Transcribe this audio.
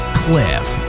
cliff